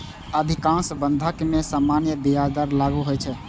अधिकांश बंधक मे सामान्य ब्याज दर लागू होइ छै